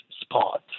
spot